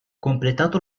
completato